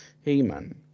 He-Man